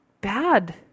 bad